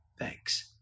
thanks